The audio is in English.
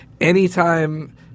anytime